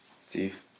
Steve